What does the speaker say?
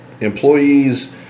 Employees